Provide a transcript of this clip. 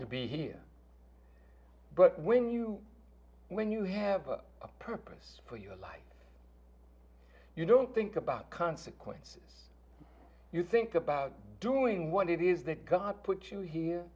to be here but when you when you have a purpose for your life you don't think about consequences you think about doing what it is that god put you here